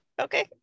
okay